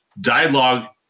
dialogue